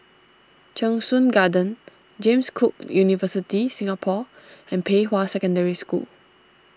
Cheng Soon Garden James Cook University Singapore and Pei Hwa Secondary School